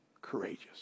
courageous